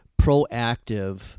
proactive